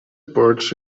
ports